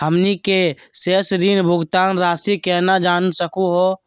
हमनी के शेष ऋण भुगतान रासी केना जान सकू हो?